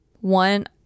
One